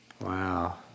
Wow